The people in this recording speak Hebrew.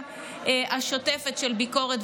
בודקת,